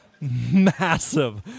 Massive